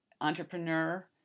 entrepreneur